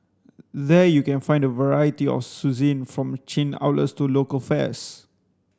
there you can find a variety of from chain outlets to local fares